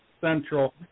Central